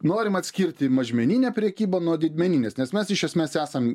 norim atskirti mažmeninę prekybą nuo didmeninės nes mes iš esmės esam